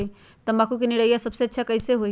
तम्बाकू के निरैया सबसे अच्छा कई से होई?